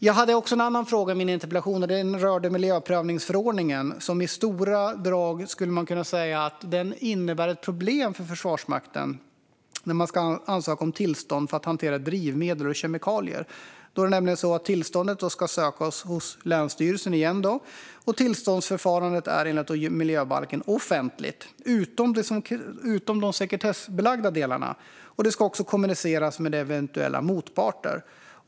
Jag ställde en annan fråga i min interpellation, och den rörde miljöprövningsförordningen, som i stora drag innebär ett problem för Försvarsmakten när man ansöker om tillstånd för att hantera drivmedel och kemikalier. Tillståndet ska sökas hos länsstyrelsen, och tillståndsförfarandet är enligt Miljöbalken offentligt, utom det som är sekretessbelagt. Det ska också kommuniceras med eventuella motparter.